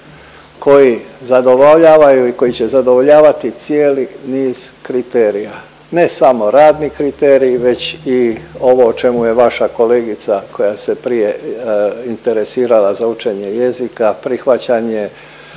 koji zadovoljavaju i koji će zadovoljavati cijeli niz kriterija. Ne samo radni kriteriji, već i ovo o čemu je vaša kolegica koja se prije interesirala za učenje jezika prihvaćanje